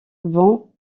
vont